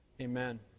Amen